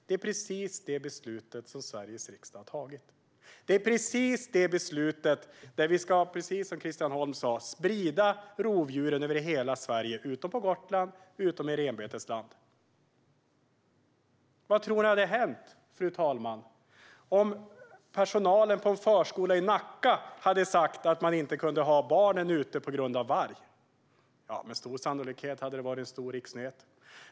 Det är precis detta beslut som Sveriges riksdag har tagit. Som Christian Holm Barenfeld Holm sa innebär beslutet att vi ska sprida rovdjuren över hela Sverige, utom på Gotland och i renbetesland. Vad tror ni hade hänt om personalen på en förskola i Nacka hade sagt att man inte kunde ha barnen ute på grund av varg? Med stor sannolikhet hade det varit en stor riksnyhet.